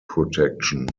protection